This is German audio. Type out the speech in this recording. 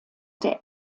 der